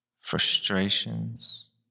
frustrations